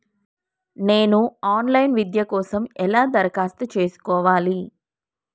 నేను online విద్య కోసం ఎలా దరఖాస్తు చేసుకోవాలి?